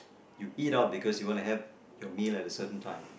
you eat out because you want to have your meal at a certain time